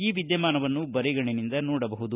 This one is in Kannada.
ಈ ವಿದ್ಯಮಾನವನ್ನು ಬರಿಗಣ್ಣಿನಿಂದ ನೋಡಬಹುದು